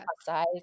size